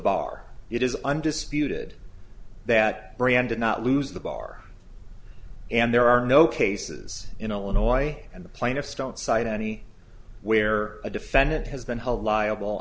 it is undisputed that brienne did not lose the bar and there are no cases in illinois and the plaintiffs don't cite any where a defendant has been held liable